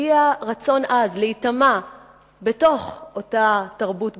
שהביעה רצון עז להיטמע בתוך אותה תרבות גרמנית,